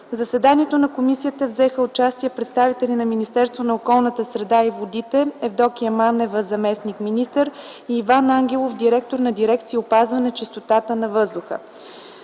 заседанието на комисията взеха участие представители на Министерството на околната среда и водите: Евдокия Манева – заместник-министър, и Иван Ангелов – директор на Дирекция „Опазване чистота на